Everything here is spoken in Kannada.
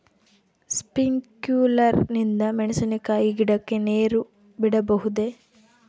ಸ್ಪಿಂಕ್ಯುಲರ್ ನಿಂದ ಮೆಣಸಿನಕಾಯಿ ಗಿಡಕ್ಕೆ ನೇರು ಬಿಡಬಹುದೆ?